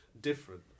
different